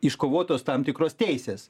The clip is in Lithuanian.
iškovotos tam tikros teisės